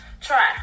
Try